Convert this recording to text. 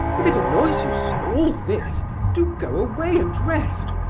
if it annoys you so all this do go away and rest!